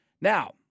Now